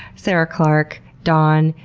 sarah clark, donn,